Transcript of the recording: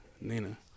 Nina